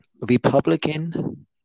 Republican